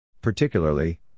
Particularly